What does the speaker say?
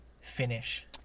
finish